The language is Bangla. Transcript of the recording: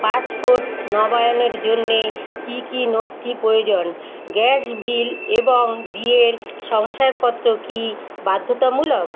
পাসপোর্ট নবায়নের জন্য কী কী নথি প্রয়োজন গ্যাস বিল এবং বিয়ের শংসাপত্র কি বাধ্যতামূলক